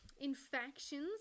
infections